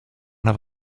have